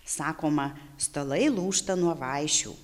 sakoma stalai lūžta nuo vaišių